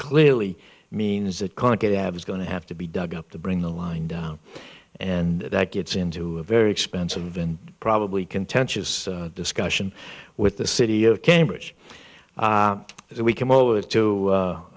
clearly means that can't get have is going to have to be dug up to bring the line down and that gets into a very expensive and probably contentious discussion with the city of cambridge as we came over to